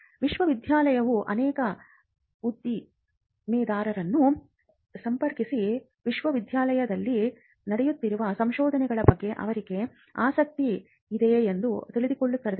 ವಿಶ್ವವಿದ್ಯಾಲಯವು ಅನೇಕ ಉದ್ದಿಮೆದಾರರನ್ನು ಸಂಪರ್ಕಿಸಿ ವಿಶ್ವವಿದ್ಯಾಲಯದಲ್ಲಿ ನಡೆಯುತ್ತಿರುವ ಸಂಶೋಧನೆಗಳ ಬಗ್ಗೆ ಅವರಿಗೆ ಆಸಕ್ತಿ ಇದೆಯೇ ಎಂದು ತಿಳಿದುಕೊಳ್ಳುತ್ತದೆ